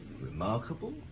Remarkable